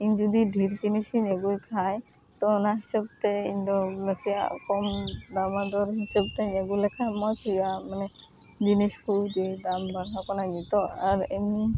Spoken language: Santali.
ᱤᱧ ᱡᱩᱫᱤ ᱰᱷᱮᱨ ᱡᱤᱱᱤᱥ ᱤᱧ ᱟᱹᱜᱩᱭ ᱠᱷᱟᱡ ᱛᱚ ᱚᱱᱟ ᱦᱤᱥᱟᱹᱵ ᱛᱮ ᱤᱧ ᱫᱚ ᱱᱟᱥᱮᱭᱟᱜ ᱠᱚᱢ ᱫᱟᱢᱟ ᱫᱚᱨ ᱦᱤᱥᱟᱹᱵ ᱛᱮᱧ ᱟᱹᱜᱩ ᱞᱮᱠᱷᱟᱡ ᱢᱚᱡᱽ ᱦᱩᱭᱩᱜᱼᱟ ᱢᱟᱱᱮ ᱡᱤᱱᱤᱥ ᱠᱚ ᱡᱮ ᱫᱟᱢ ᱵᱟᱲᱦᱟᱣ ᱟᱠᱟᱱᱟ ᱡᱚᱛᱚ ᱟᱨ ᱮᱢᱱᱤ